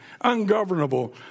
ungovernable